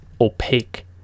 opaque